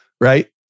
Right